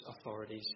authorities